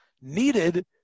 needed